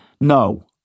No